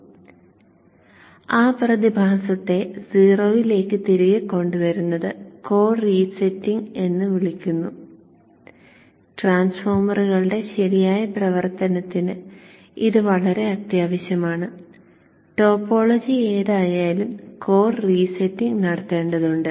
അതിനാൽ ആ പ്രതിഭാസത്തെ 0 ലേക്ക് തിരികെ കൊണ്ടുവരുന്നത് കോർ റീസെറ്റിംഗ് എന്ന് വിളിക്കുന്നു ട്രാൻസ്ഫോർമറുകളുടെ ശരിയായ പ്രവർത്തനത്തിന് ഇത് വളരെ അത്യാവശ്യമാണ് ടോപ്പോളജി ഏതായാലും കോർ റീസെറ്റിംഗ് നടത്തേണ്ടതുണ്ട്